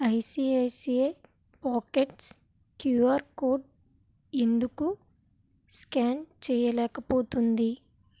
ICICI pockets QR code ఎందుకు scan చేయిలేకపోతుంది